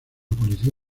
policía